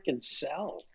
sell